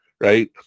right